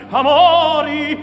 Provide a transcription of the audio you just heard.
amori